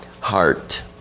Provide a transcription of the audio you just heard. Heart